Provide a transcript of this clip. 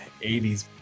80s